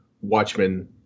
Watchmen